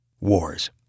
wars